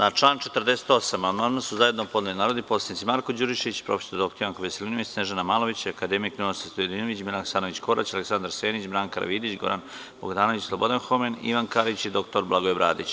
Na član 48. amandman su zajedno podneli narodni poslanici Marko Đurišić, prof. dr Janko Veselinović, Snežana Malović i akademik Ninoslav Stojadinović, Biljana Hasanović Korać, Aleksandar Senić, Branka Karavidić, Goran Bogdanović, Slobodan Homen, Ivan Karić i dr Blagoje Bradić.